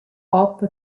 hop